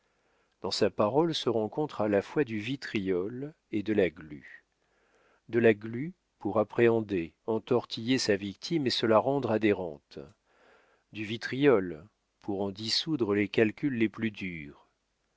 dans sa parole se rencontre à la fois du vitriol et de la glu de la glu pour appréhender entortiller sa victime et se la rendre adhérente du vitriol pour en dissoudre les calculs les plus durs